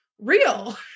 real